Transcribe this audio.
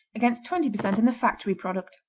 against twenty percent in the factory product.